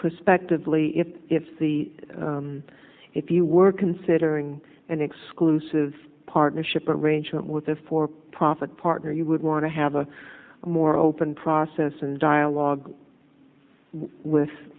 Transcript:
prospectively if if the if you were considering an exclusive partnership arrangement with the for profit partner you would want to have a more open process and dialogue with